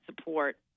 support